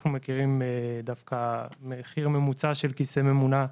אנחנו מכירים דווקא מחיר ממוצע של כיסא ממונע,